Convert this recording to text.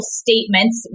statements